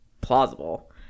plausible